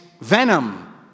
venom